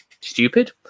stupid